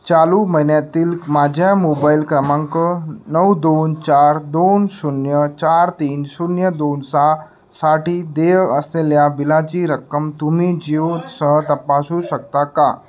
चालू महिन्यातील माझ्या मोबाईल क्रमांक नऊ दोन चार दोन शून्य चार तीन शून्य दोन सहा साठी देय असलेल्या बिलाची रक्कम तुम्ही जीओ सह तपासू शकता का